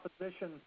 opposition